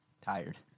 tired